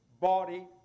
body